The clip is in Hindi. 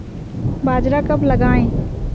बाजरा कब लगाएँ?